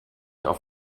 auf